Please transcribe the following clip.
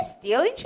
stealing